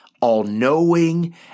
all-knowing